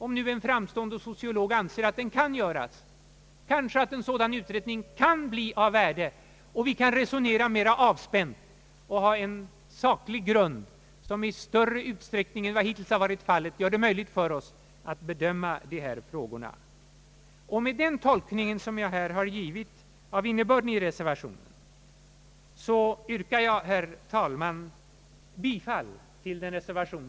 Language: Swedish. Om nu en framstående sociolog anser att en sådan utredning kan göras, kanske den kan bli av värde, den kanske kan hjälpa oss att resonera mer avspänt och att få en saklig grund som gör det möjligt för oss att bedöma de här frågorna. Med den tolkning som jag här givit innebörden i reservationen yrkar jag, herr talman, bifall till den.